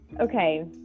Okay